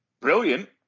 brilliant